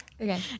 Okay